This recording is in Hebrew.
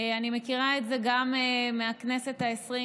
אני מכירה את זה גם מהכנסת העשרים,